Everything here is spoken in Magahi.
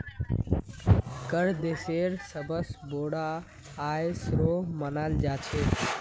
कर देशेर सबस बोरो आय स्रोत मानाल जा छेक